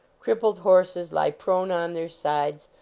crippled horses lie prone on their sides,